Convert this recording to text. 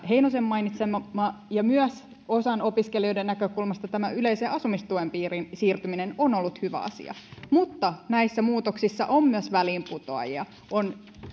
heinosen mainitsema ja myös opiskelijoista osan näkökulmasta tämä yleisen asumistuen piiriin siirtyminen on ollut hyvä asia mutta näissä muutoksissa on myös väliinputoajia on